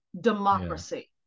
democracy